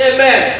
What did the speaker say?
Amen